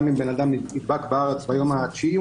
גם אם בן אדם נדבק בארץ ביום התשיעי,